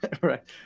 Right